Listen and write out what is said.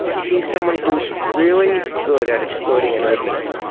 he is someone who is really good at exploiting an opening.